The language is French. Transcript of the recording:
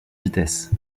vitesse